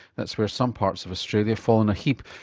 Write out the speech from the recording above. that's where some parts of australia fall in a heap.